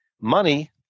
Money